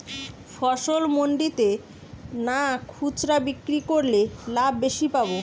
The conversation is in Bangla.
ফসল মন্ডিতে না খুচরা বিক্রি করলে লাভ বেশি পাব?